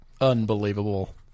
Unbelievable